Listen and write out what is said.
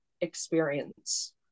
experience